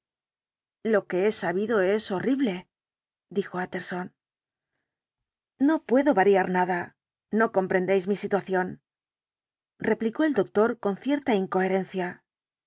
lo que he sabido es horrible dijo utterson no puedo variar nada no comprendéis mi situación replicó el doctor con cierta incoherencia